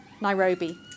Nairobi